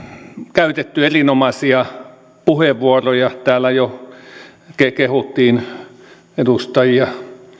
käytetty erinomaisia puheenvuoroja täällä jo kehuttiin edustajia